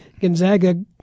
Gonzaga